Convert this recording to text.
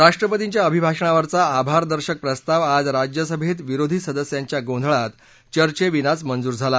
राष्ट्रपतींच्या अभिभाषणावरचा आभार दर्शक प्रस्ताव आज राज्यसभेत विरोधी सदस्यांच्या गोंधळात चर्चेविनाच मंजूर झाला